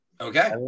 Okay